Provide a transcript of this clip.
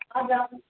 hello